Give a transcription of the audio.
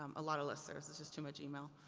um a lot of listservs is just too much e-mail.